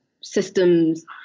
systems